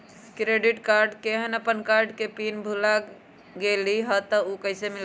Credit card केहन अपन card के पिन भुला गेलि ह त उ कईसे मिलत?